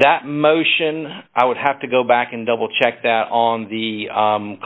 that motion i would have to go back and double check that on the